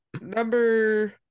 number